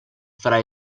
fra